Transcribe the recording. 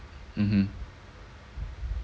mmhmm